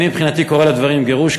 אני, מבחינתי, קורא לדברים גירוש.